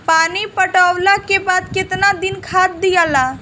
पानी पटवला के बाद केतना दिन खाद दियाला?